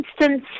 instance